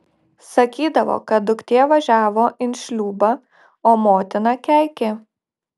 sakydavo kad duktė važiavo in šliūbą o motina keikė